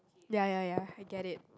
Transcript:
ya ya ya I get it